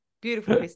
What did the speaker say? Beautiful